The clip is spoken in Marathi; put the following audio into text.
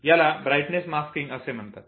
याला ब्राइटनेस मास्किंग असे म्हणतात